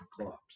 clubs